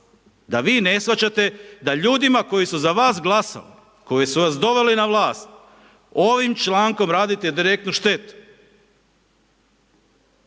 da vi ne shvaćate da ljudima koji su za vas glasali, koji su vas doveli na vlast, ovim člankom radite direktnu štetu.